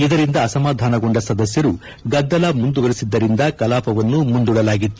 ಇದರಿಂದ ಅಸಮಾಧಾನಗೊಂಡ ಸದಸ್ಯರು ಗದ್ದಲ ಮುಂದುವರೆಸಿದ್ದರಿಂದ ಕಲಾಪವನ್ನು ಮುಂದೂಡಲಾಗಿತ್ತು